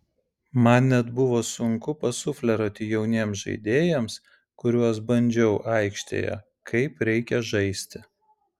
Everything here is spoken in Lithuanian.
man net buvo sunku pasufleruoti jauniems žaidėjams kuriuos bandžiau aikštėje kaip reikia žaisti